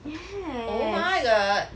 yes